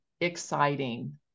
exciting